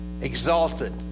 exalted